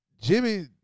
Jimmy